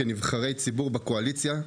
כנבחרי ציבור בקואליציה,